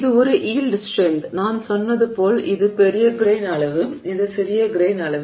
இது ஒரு yield strength நான் சொன்னது போல் இது பெரிய கிரெய்ன் அளவு இது சிறிய கிரெய்ன் அளவு